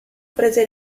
prese